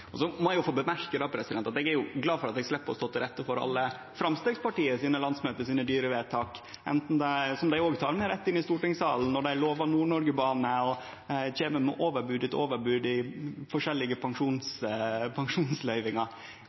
Så må eg få seie at eg er glad for at eg slepp å stå til rette for alle dei dyre landsmøtevedtaka frå Framstegspartiet, som dei òg tek med rett inn i stortingssalen når dei lover Nord-Noreg-bane og kjem med overbod etter overbod i forskjellige pensjonsløyvingar.